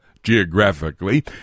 geographically